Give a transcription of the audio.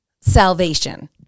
salvation